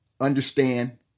understand